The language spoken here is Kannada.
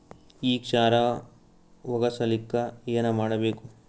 ಈ ಕ್ಷಾರ ಹೋಗಸಲಿಕ್ಕ ಏನ ಮಾಡಬೇಕು?